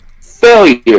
failure